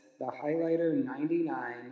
thehighlighter99